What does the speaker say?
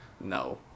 No